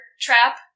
trap